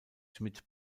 schmitt